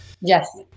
yes